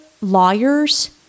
lawyers